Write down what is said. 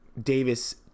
Davis